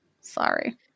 Sorry